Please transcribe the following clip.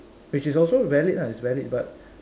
which is also valid lah it's valid but